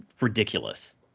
ridiculous